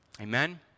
Amen